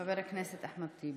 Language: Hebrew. חבר הכנסת אחמד טיבי.